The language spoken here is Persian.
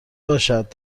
باشد